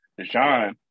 Deshaun